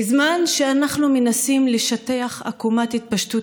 בזמן שאנחנו מנסים לשטח את עקומת התפשטות